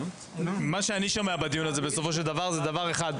מה שאני שומע בדיון הזה זה דבר אחד,